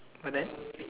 but then